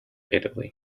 italy